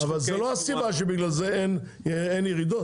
אבל זאת לא הסיבה שבגללה אין ירידות.